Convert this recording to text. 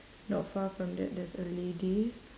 not far from that there's a lady